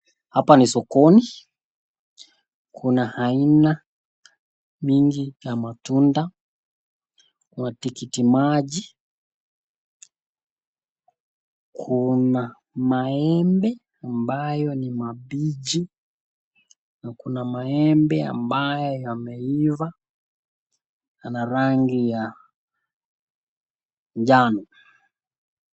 Hapa ni sokoni, kuna aina mingi ya matunda ,kuna tikiti maji, kuna maembe ambayo ni mabichi na kuna maembe ambayo yameiva yana rangi ya njano.